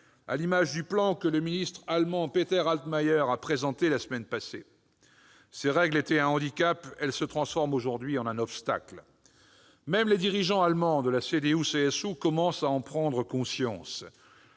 à l'image du plan que le ministre allemand Peter Altmaier a présenté la semaine passée. Ces règles étaient un handicap ; elles se transforment aujourd'hui en obstacle. Même les dirigeants allemands de la CDU-CSU commencent à en prendre conscience.